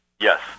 Yes